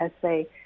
essay